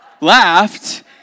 laughed